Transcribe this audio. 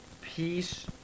peace